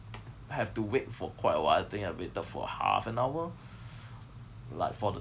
have to wait for quite awhile I think I waited for half an hour like for the